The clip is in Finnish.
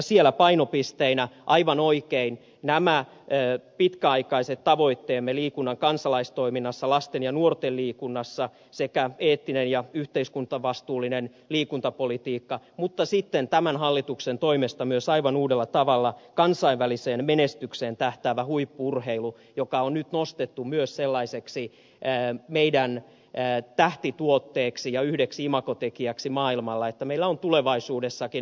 siellä painopisteinä ovat aivan oikein nämä pitkäaikaiset tavoitteemme liikunnan kansalaistoiminnassa lasten ja nuorten liikunnassa sekä eettinen ja yhteiskuntavastuullinen liikuntapolitiikka mutta sitten tämän hallituksen toimesta myös aivan uudella tavalla kansainväliseen menestykseen tähtäävä huippu urheilu joka on nyt nostettu myös sellaiseksi meidän tähtituotteeksi ja yhdeksi imagotekijäksi maailmalla että meillä on tulevaisuudessakin ed